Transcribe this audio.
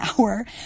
hour